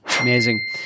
amazing